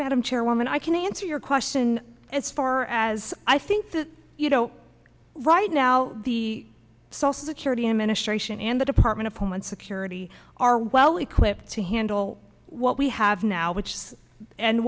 madam chairwoman i can answer your question as far as i think that you know right now the south of the charity administration and the department of homeland security are well equipped to handle what we have now which and